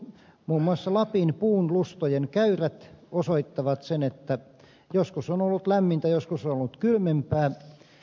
muun muassa lapin puun lustojen käyrät osoittavat sen että joskus on ollut lämmintä joskus on ollut kylmempää